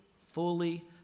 fully